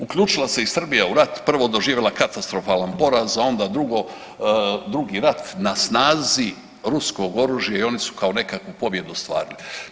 Uključila se i Srbija u rat, prvo doživjela katastrofalan poraz, a onda drugo, drugi rat na snazi ruskog oružja i oni su kao nekakvu pobjedu ostvarili.